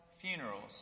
funerals